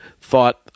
thought